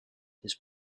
his